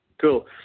cool